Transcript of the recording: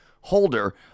holder